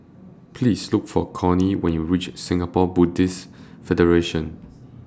Please Look For Connie when YOU REACH Singapore Buddhist Federation